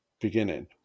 beginning